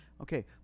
Okay